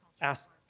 Ask